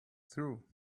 through